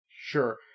Sure